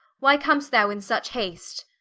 why com'st thou in such haste?